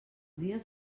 dies